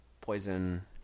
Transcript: poison